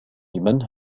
لمن